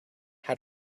how